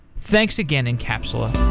thanks again encapsula